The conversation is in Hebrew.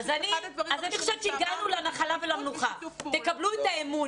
אחד הדברים הראשונים שאמרנו זה שותפות ושיתוף פעולה.